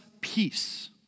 peace